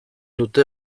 dute